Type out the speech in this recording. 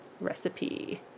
recipe